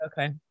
Okay